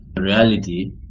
reality